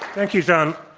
thank you, john.